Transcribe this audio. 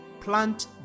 plant